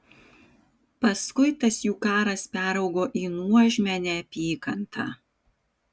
paskui tas jų karas peraugo į nuožmią neapykantą